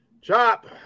Chop